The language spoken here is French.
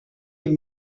les